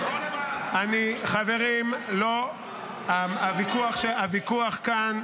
--- חברים, הוויכוח כאן,